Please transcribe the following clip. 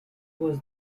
was